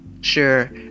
Sure